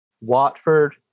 Watford